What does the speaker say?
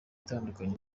itandukanye